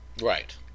Right